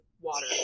water